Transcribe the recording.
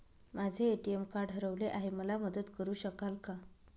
माझे ATM card हरवले आहे, मला मदत करु शकाल का?